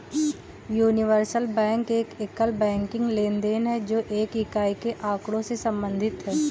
universal bank एक एकल banking लेनदेन है, जो एक इकाई के आँकड़ों से संबंधित है